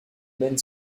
domaine